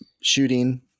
shooting